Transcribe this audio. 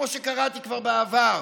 כמו שקראתי כבר בעבר,